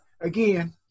again